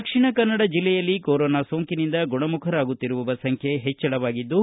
ದಕ್ಷಿಣ ಕನ್ನಡ ಜಿಲ್ಲೆಯಲ್ಲಿ ಕೊರೋನಾ ಸೋಂಕಿನಿಂದ ಗುಣಮುಖರಾಗುತ್ತಿರುವವರ ಸಂಖ್ಡೆ ಹೆಚ್ಚಳವಾಗುತ್ತಿದ್ದು